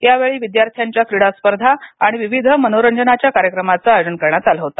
यावेळी विद्यार्थ्यांच्या क्रीडा स्पर्धा आणि विविध मनोरंजनाच्या कार्यक्रमांच आयोजन करण्यात आल होत